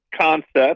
concept